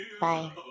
Bye